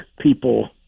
people